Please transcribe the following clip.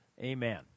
amen